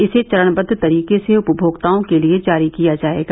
इसे चरणबद्द तरीके से उपमोक्ताओं के लिए जारी किया जायेगा